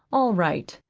all right!